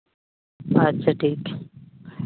ᱟᱪᱪᱷᱟ ᱴᱷᱤᱠ